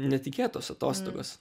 netikėtos atostogos